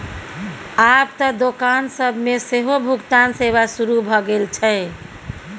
आब त दोकान सब मे सेहो भुगतान सेवा शुरू भ गेल छै